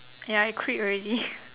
ya I quit already